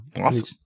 Awesome